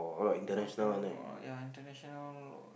oh tournament ya international